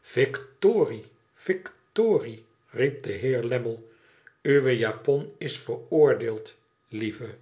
victorie victorie riep de heer lammie uwe japon is veroordeeld lieve